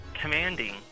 commanding